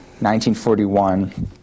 1941